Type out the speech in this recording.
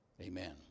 Amen